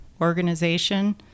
organization